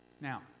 Now